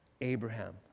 Abraham